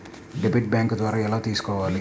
Debit bank ద్వారా ఎలా తీసుకోవాలి?